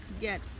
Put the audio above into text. get